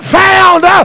found